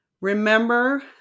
Remember